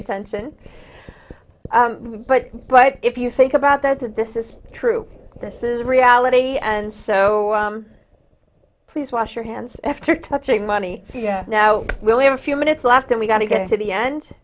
attention but but if you think about that that this is true this is reality and so please wash your hands after touching money now we'll have a few minutes left and we got to get to the end